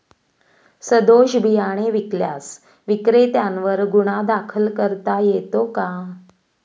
सदोष बियाणे विकल्यास विक्रेत्यांवर गुन्हा दाखल करता येतो का?